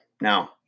Now